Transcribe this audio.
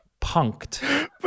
punked